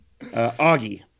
Augie